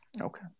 okay